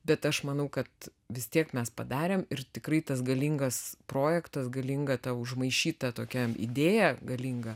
bet aš manau kad vis tiek mes padarėm ir tikrai tas galingas projektas galinga ta užmaišyta tokia idėja galinga